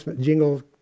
jingle